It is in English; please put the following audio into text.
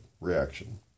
reaction